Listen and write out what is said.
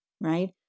right